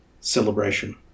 celebration